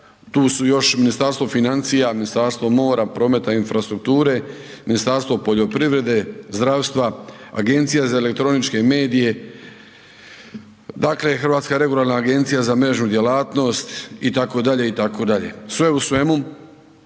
tu su još i Ministarstvo financija, Ministarstvo mora, prometa i infrastrukture, Ministarstvo poljoprivrede, zdravstva, Agencije za elektroničke medije, dakle, Hrvatska regularna agencija za mrežnu djelatnost, itd., itd. Sve u svemu,